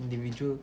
individual